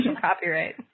copyright